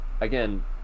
again